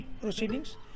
proceedings